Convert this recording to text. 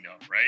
right